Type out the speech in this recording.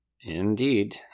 Indeed